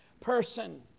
person